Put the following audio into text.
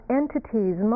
entities